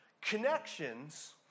Connections